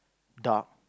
dark